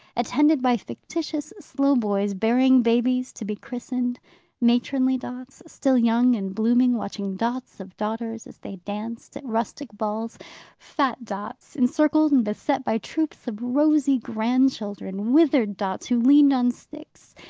attended by fictitious slowboys, bearing babies to be christened matronly dots, still young and blooming, watching dots of daughters, as they danced at rustic balls fat dots, encircled and beset by troops of rosy grandchildren withered dots, who leaned on sticks,